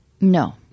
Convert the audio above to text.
No